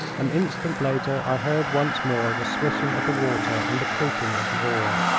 an instant later i heard once more the swishing of the water and the creaking of the oar.